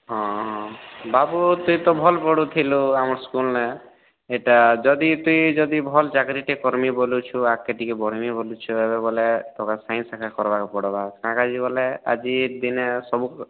ହଁ ହଁ ବାବୁ ତୁଇ ତ ଭଲ୍ ପଢ଼ୁଥିଲୁ ଆମର୍ ସ୍କୁଲ୍ନେ ଏଟା ଯଦି ତୁଇ ଯଦି ଭଲ୍ ଚାକ୍ରିଟେ କର୍ମି ବୋଲୁଛୁ ଆଗ୍କେ ଟିଏ ବଢ଼୍ମି ବୋଲୁଛୁ ବୋଲେ ତୋତେ ସାଇନ୍ସ ଏକା କର୍ବାକେ ପଡ଼୍ବା ସାଇନ୍ସ ବୋଲେ ଆଜି ଦିନେ ସବୁ